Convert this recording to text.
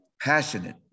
passionate